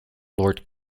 lord